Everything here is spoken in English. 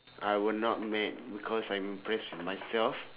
I will not mad because I'm impressed with myself